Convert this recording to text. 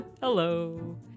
Hello